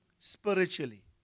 spiritually